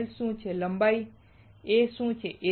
L શું છે લંબાઈ A શું છે